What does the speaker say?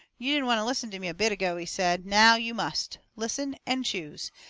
you didn't want to listen to me a bit ago, he said. now you must. listen and choose.